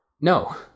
No